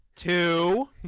Two